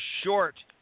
short